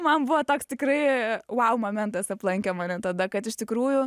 man buvo toks tikrai vau momentas aplankė mane tada kad iš tikrųjų